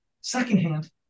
secondhand